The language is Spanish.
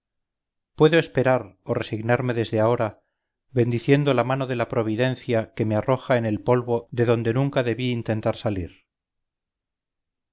puedo esperar o resignarme desde ahora bendiciendo la mano de la providencia que me arroja en el polvo de donde nunca debí intentar salir